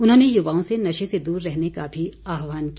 उन्होंने युवाओं से नशे से दूर रहने का भी आहवान किया